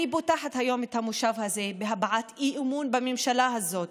אני פותחת היום את המושב הזה בהבעת אי-אמון בממשלה הזאת,